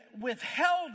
withheld